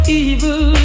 evil